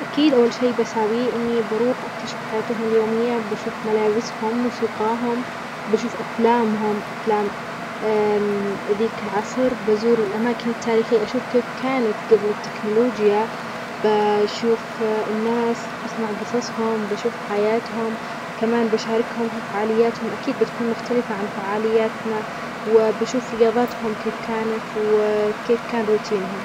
إذا رجعت خمسين عامًا إلى الوراء، راح أتعرف على طريقة الحياة في تلك الفترة وأعيش تجارب الناس في الوقت هذا. بحاول أستغل معرفتي بالتكنولوجيا اللي ظهرت بعد هالفترة وأشارك الأفكار اللي ممكن تساعدهم في مجالات مثل التعليم أو الصحة، لكن بحرص عشان ما أغير أحداث مهمة في التاريخ.